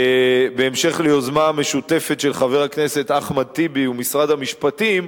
בהמשך ליוזמה משותפת של חבר הכנסת אחמד טיבי ומשרד המשפטים,